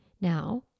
Now